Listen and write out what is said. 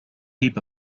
heap